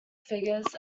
figures